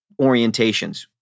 orientations